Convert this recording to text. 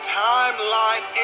timeline